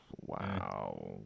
wow